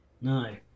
No